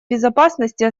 безопасности